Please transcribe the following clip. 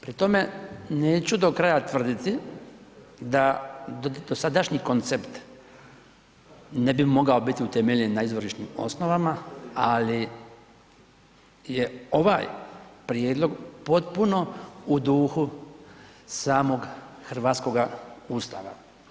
Pri tome neću do kraja tvrditi da dosadašnji koncept ne bi mogao biti utemeljen na izvorišnim osnovama, ali je ovaj prijedlog potpuno u duhu samog hrvatskoga Ustava.